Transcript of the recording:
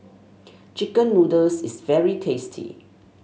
chicken noodles is very tasty